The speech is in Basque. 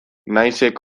naizek